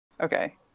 Okay